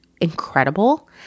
incredible